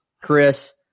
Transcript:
Chris